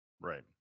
Right